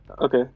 Okay